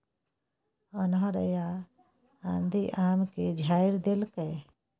अन्हर आ आंधी आम के झाईर देलकैय?